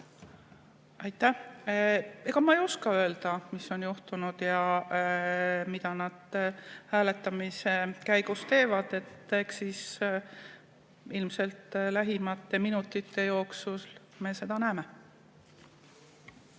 Aitäh! Ega ma ei oska öelda, mis on juhtunud ja mida nad hääletamise käigus teevad. Eks me ilmselt lähimate minutite jooksul seda näeme.